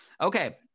Okay